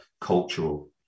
cultural